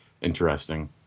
interesting